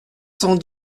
cent